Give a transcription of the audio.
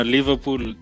Liverpool